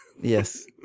Yes